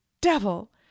devil